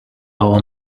our